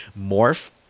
Morph